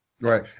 Right